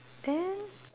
then